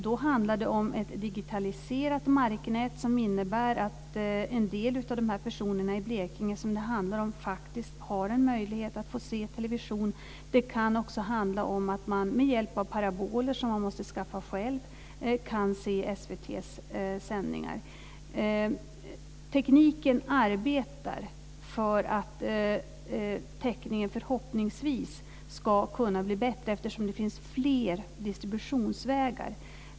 Då handlar det om digitaliserat marknät, som innebär att en del av dessa personer i Blekinge som det handlar om faktiskt har en möjlighet att se television. Det kan också handla om att man med hjälp av paraboler som man måste skaffa själv kan se SVT:s sändningar. Tekniken arbetar för att täckningen förhoppningsvis ska kunna bli bättre, det finns fler distributionsvägar.